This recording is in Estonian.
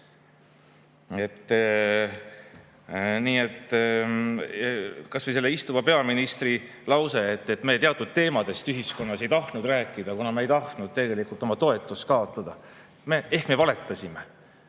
Kas või ametis oleva peaministri lause, et me teatud teemadest ühiskonnas ei tahtnud rääkida, kuna me ei tahtnud tegelikult oma toetust kaotada. Ehk me valetasime.